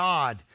God